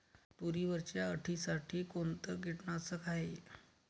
तुरीवरच्या अळीसाठी कोनतं कीटकनाशक हाये?